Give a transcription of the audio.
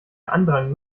andrang